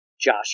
Josh